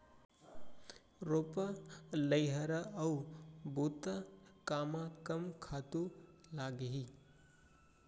रोपा, लइहरा अऊ बुता कामा कम खातू लागही?